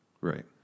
Right